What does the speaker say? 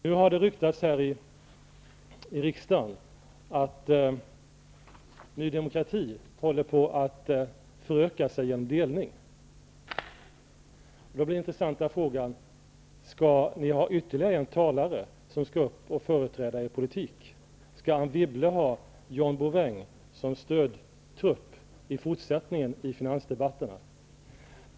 Nu har det ryktats här i riksdagen att Ny Demokrati håller på att föröka sig genom delning. Skall ni ha ytterligare en talare som skall företräda er politik? Skall Anne Wibble ha John Bouvin som stödtrupp i fortsättningen i finansdebatterna?